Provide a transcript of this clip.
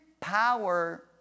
power